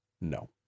no